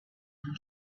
own